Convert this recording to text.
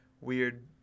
weird